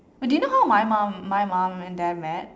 but do you know my mom my mom and dad met